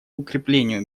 укреплению